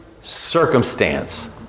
circumstance